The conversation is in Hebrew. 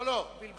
לא, לא.